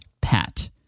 Pat